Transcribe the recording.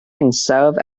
hinsawdd